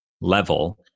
level